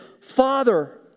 Father